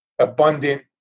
abundant